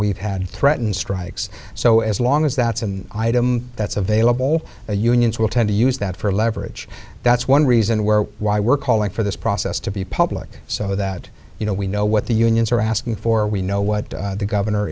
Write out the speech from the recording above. we've had threatened strikes so as long as that's in item that's available the unions will tend to use that for leverage that's one reason we're why we're calling for this process to be public so that you know we know what the unions are asking for we know what the governor